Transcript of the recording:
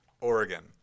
Oregon